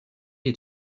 est